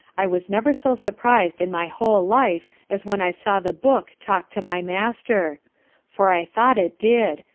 i was never so surprised in my whole life as when i saw the book talk to my master for i thought it did,